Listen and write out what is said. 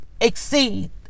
exceed